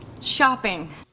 shopping